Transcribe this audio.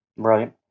Right